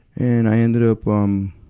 and i ended up, um,